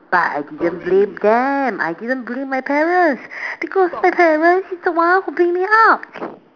but I didn't believe them I didn't believe my parents because my parents are the one who bring me up